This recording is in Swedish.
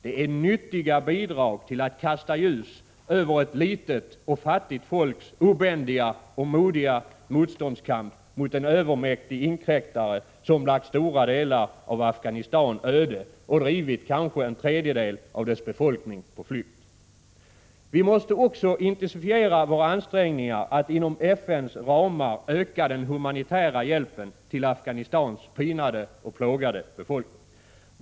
De är nyttiga bidrag till att kasta ljus över ett litet och fattigt folks obändiga och modiga motståndskamp mot en övermäktig inkräktare som lagt stora delar av Afghanistan öde och drivit kanske en tredjedel av dess befolkning på flykt. Vi måste också intensifiera våra ansträngningar att inom FN:s ramar öka den humanitära hjälpen till Afghanistans pinade och plågade befolkning.